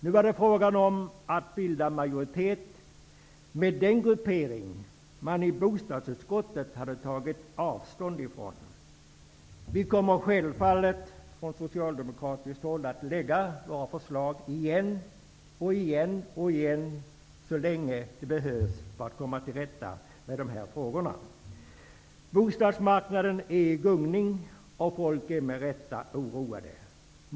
Nu var det fråga om att bilda majoritet med den gruppering som man i bostadsutskottet hade tagit avstånd ifrån. Vi kommer självfallet från socialdemokratiskt håll att lägga fram våra förslag igen, och igen och igen, om det behövs för att komma till rätta med de här frågorna. Bostadsmarknaden är i gungning, och folk är med rätta oroade.